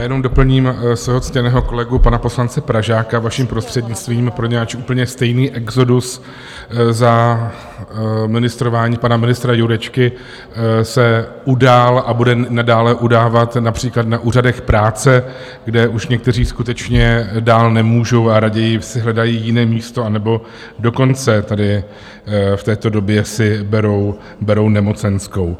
Jenom doplním svého ctěného kolegu, pana poslance Pražáka, vaším prostřednictvím, poněvadž úplně stejný exodus za ministrování pana ministra Jurečky se udál a bude nadále udávat například na úřadech práce, kde už někteří skutečně dál nemůžou a raději si hledají jiné místo, anebo dokonce tady v této době si berou nemocenskou.